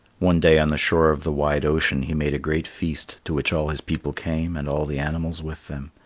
one day on the shore of the wide ocean he made a great feast to which all his people came and all the animals with them.